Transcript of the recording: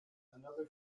another